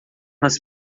nas